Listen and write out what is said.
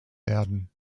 werden